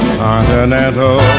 continental